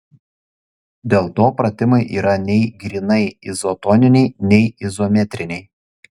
dėl to pratimai yra nei grynai izotoniniai nei izometriniai